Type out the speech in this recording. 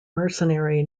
mercenary